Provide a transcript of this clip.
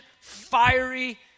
fiery